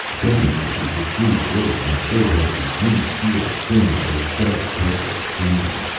presently he withdrew the blade and showed her the blue steel stained a dull purplish crimson.